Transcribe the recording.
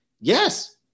Yes